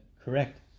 correct